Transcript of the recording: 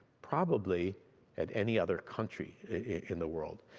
probably at any other country in the world,